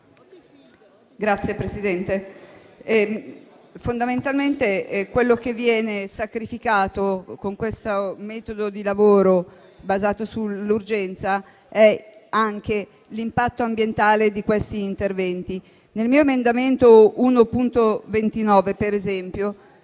Signora Presidente, fondamentalmente, quello che viene sacrificato con questo metodo di lavoro basato sull'urgenza è anche l'impatto ambientale degli interventi. Nel mio emendamento 1.29 sottolineo